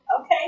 Okay